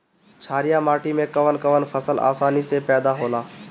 छारिया माटी मे कवन कवन फसल आसानी से पैदा होला?